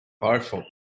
Powerful